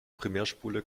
primärspule